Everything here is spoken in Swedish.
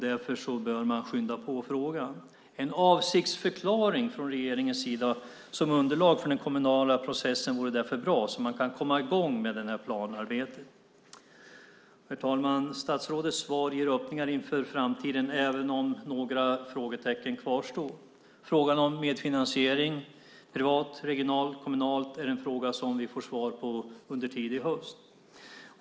Därför bör man skynda på frågan. En avsiktsförklaring från regeringens sida, som underlag för den kommunala processen, vore därför bra, så att man kan komma i gång med det här planarbetet. Herr talman! Statsrådets svar ger öppningar inför framtiden även om några frågetecken kvarstår. Frågan om medfinansiering, privat, regionalt, kommunalt, är en fråga som vi får svar på under tidig höst.